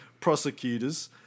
prosecutors